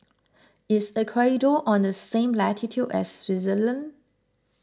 is Ecuador on the same latitude as Swaziland